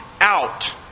out